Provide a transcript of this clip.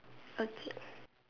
okay